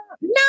No